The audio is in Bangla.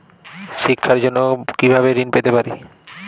শিক্ষার জন্য কি ভাবে ঋণ পেতে পারি?